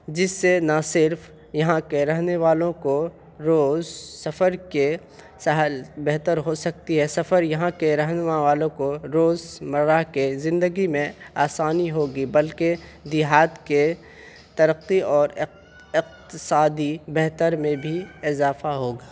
جس سے نہ صرف یہاں کے رہنے والوں کو روز سفر کے سہل بہتر ہو سکتی ہے سفر یہاں کے رہنما والوں کو روز مرہ کے زندگی میں آسانی ہوگی بلکہ دیہات کے ترقی اور اقتصادی بہتر میں بھی اضافہ ہوگا